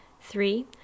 three